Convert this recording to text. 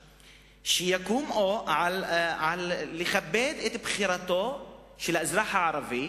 שיקומו לכבד את בחירתו של האזרח הערבי,